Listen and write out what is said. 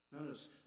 notice